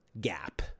gap